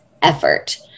effort